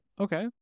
okay